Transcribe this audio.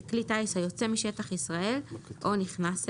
בכלי טיס היוצא משטח ישראל או נכנס אליו."